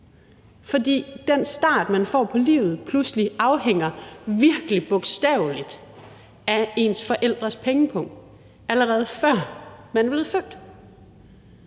fordi den start, man får på livet, pludselig afhænger helt bogstaveligt af ens forældres pengepung, allerede før man er blevet født.